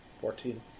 Fourteen